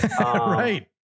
Right